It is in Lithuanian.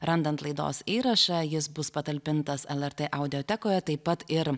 randant laidos įrašą jis bus patalpintas lrt audiotekoje taip pat ir